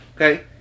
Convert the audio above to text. Okay